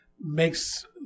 makes